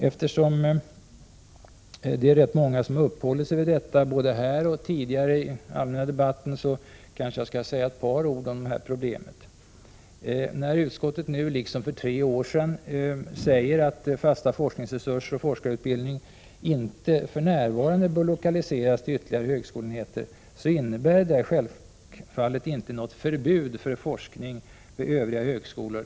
Eftersom rätt många har uppehållit sig vid detta, både här och i den allmänna debatten, kanske jag skall säga ett par ord om det problemet. När utskottet nu liksom för tre år sedan säger att fasta forskningsresurser och forskarutbildning inte för närvarande bör lokaliseras till ytterligare högskoleenheter, innebär det självfallet inte något förbud för forskning vid övriga högskolor.